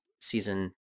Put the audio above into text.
Season